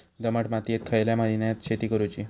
दमट मातयेत खयल्या महिन्यात शेती करुची?